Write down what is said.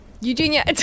Eugenia